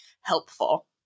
helpful